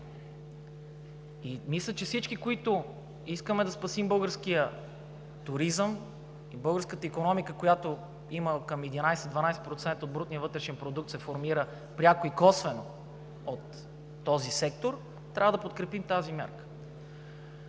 и мисля, че всички, които искаме да спасим българския туризъм, българската икономика, която има към 11 – 12% от брутния вътрешен продукт и се формира пряко и косвено от този сектор, трябва да подкрепим тази мярка.